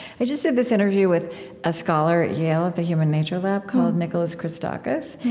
i just did this interview with a scholar at yale, at the human nature lab, called nicholas christakis,